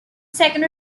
second